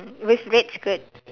with red skirt